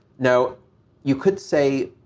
now you could say.